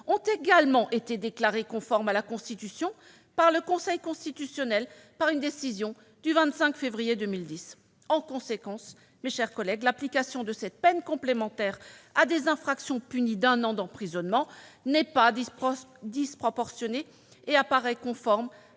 -ont également été déclarés conformes à la Constitution par le Conseil constitutionnel, dans une décision du 25 février 2010. En conséquence, mes chers collègues, l'application de cette peine complémentaire à des infractions punies d'un an d'emprisonnement n'est pas disproportionnée et apparaît conforme